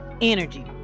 Energy